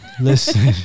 listen